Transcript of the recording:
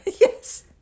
Yes